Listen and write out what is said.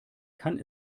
kann